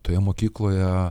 toje mokykloje